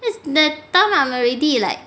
this the time I'm already like